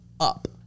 up